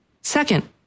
Second